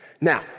Now